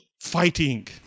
fighting